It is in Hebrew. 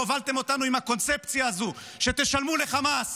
הובלתם אותנו עם הקונספציה הזו שתשלמו לחמאס